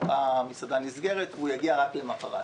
המסעדה נסגרת והוא יגיע רק למחרת.